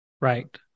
Right